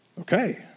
Okay